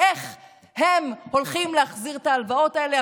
איך הם הולכים להחזיר את ההלוואות האלה.